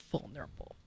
vulnerable